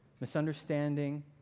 misunderstanding